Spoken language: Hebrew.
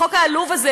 החוק העלוב הזה,